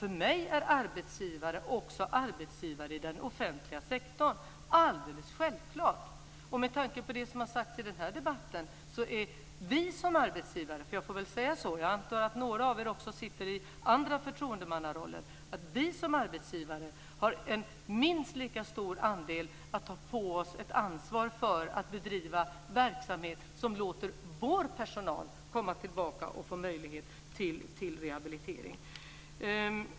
För mig är arbetsgivare också arbetsgivare i den offentliga sektorn - alldeles självklart! Med tanke på det som har sagts i den här debatten har vi som arbetsgivare - jag får väl säga så, för jag antar att några av er också sitter i andra förtroendemannaroller - ett minst lika stort ansvar för att bedriva verksamhet som låter vår personal komma tillbaka och få möjlighet till rehabilitering.